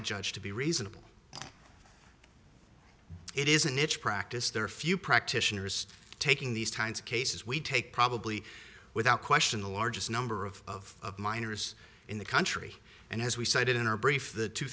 a judge to be reasonable it is a niche practice there are few practitioners taking these kinds of cases we take probably without question the largest number of minors in the country and as we cited in our brief the two